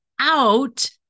out